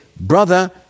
brother